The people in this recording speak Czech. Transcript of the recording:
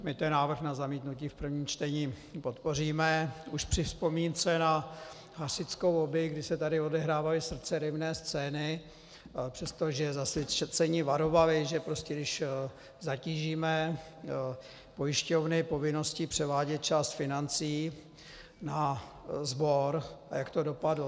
My ten návrh na zamítnutí v prvním čtení podpoříme už při vzpomínce na hasičskou lobby, kdy se tady odehrávaly srdceryvné scény, přestože zasvěcení varovali, že když zatížíme pojišťovny povinností převádět část financí na sbor, a jak to dopadlo.